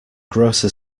grocer